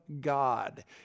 God